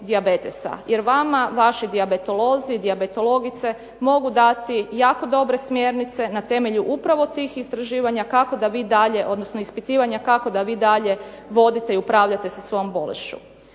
Jer vama vaši dijabetolozi, dijabetologice mogu dati jako dobre smjernice na temelju upravo tih istraživanja kako da vi dalje, odnosno ispitivanja kako vi dalje vodite i upravljate sa svojom bolešću.